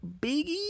Biggie